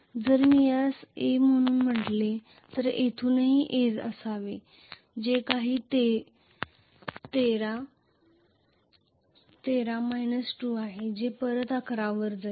जर मी यास 'a' म्हणून म्हटले तर ते येथूनही 'a' असावे जे हे 13 13 2 आहे जे परत 11 वर जाईल